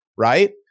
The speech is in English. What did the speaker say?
right